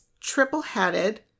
triple-headed